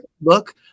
look